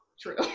True